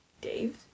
Dave